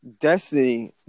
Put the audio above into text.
Destiny